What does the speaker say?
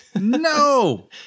No